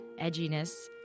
edginess